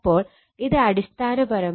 അപ്പോൾ ഇത് അടിസ്ഥാനപരമായി 0